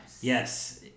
Yes